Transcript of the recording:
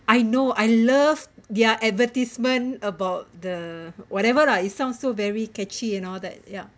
I know I love their advertisement about the whatever lah it sounds so very catchy and all that ya